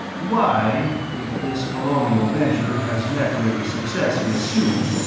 why, if this colonial venture has met with the success you assume,